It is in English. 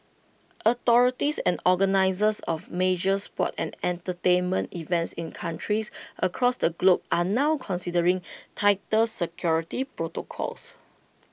authorities and organisers of major sports and entertainment events in countries across the globe are now considering tighter security protocols